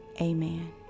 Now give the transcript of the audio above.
Amen